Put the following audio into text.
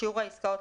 (ג)שיעור העסקאות,